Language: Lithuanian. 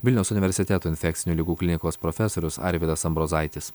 vilniaus universiteto infekcinių ligų klinikos profesorius arvydas ambrozaitis